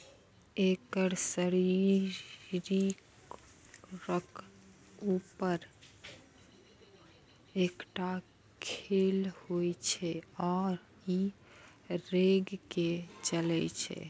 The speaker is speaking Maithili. एकर शरीरक ऊपर एकटा खोल होइ छै आ ई रेंग के चलै छै